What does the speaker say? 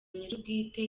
nyirubwite